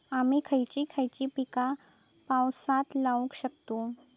आम्ही खयची खयची पीका पावसात लावक शकतु?